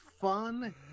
fun